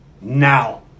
now